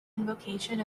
invocation